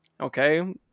okay